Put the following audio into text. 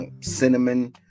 cinnamon